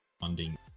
Funding